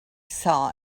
saw